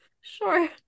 Sure